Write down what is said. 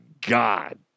God